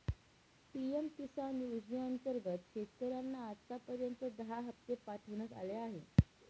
PM Kisan योजनेअंतर्गत शेतकऱ्यांना आतापर्यंत दहा हप्ते पाठवण्यात आले आहेत